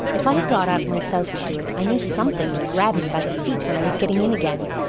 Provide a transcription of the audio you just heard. if i had got out myself to do it i knew something would grab me by the feet when i was getting in again.